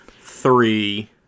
three